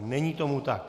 Není tomu tak.